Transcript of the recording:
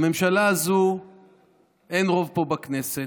לממשלה הזו אין רוב פה בכנסת,